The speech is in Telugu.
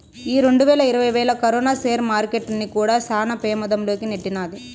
ఈ రెండువేల ఇరవైలా కరోనా సేర్ మార్కెట్టుల్ని కూడా శాన పెమాధం లోకి నెట్టినాది